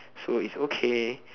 so it is okay